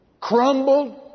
crumbled